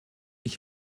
ich